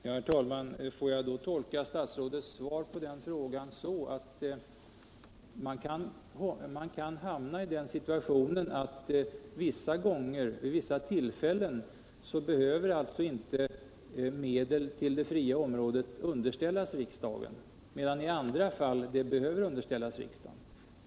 Herr talman! Får jag då tolka statsrådets svar på frågan så att man kan hamna i den situationen att vid vissa tillfällen behöver ärenden rörande medel till det fria området inte underställas riksdagen, medan de i andra fall behöver underställas riksdagen?